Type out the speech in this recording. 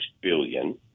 billion